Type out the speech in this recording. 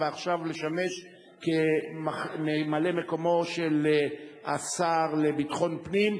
ועכשיו לשמש כממלא-מקומו של השר לביטחון פנים,